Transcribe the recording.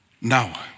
Now